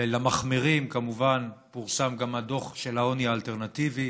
למחמירים, כמובן, פורסם גם הדוח העוני האלטרנטיבי,